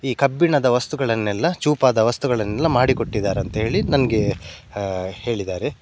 ಈ ಕಬ್ಬಿಣದ ವಸ್ತುಗಳನ್ನೆಲ್ಲ ಚೂಪಾದ ವಸ್ತುಗಳನ್ನೆಲ್ಲ ಮಾಡಿಕೊಟ್ಟಿದ್ದಾರಂತೇಳಿ ನನಗೆ ಹೇಳಿದ್ದಾರೆ